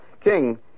King